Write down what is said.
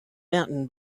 mountain